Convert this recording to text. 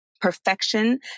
perfection